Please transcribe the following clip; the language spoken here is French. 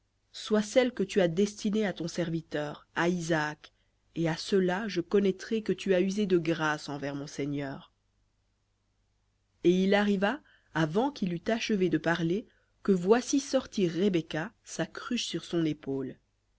soit celle que tu as destinée à ton serviteur à isaac et à cela je connaîtrai que tu as usé de grâce envers mon seigneur v hébreu et il arriva avant qu'il eût achevé de parler que voici sortir rebecca sa cruche sur son épaule